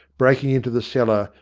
breaking into the cellar,